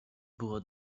było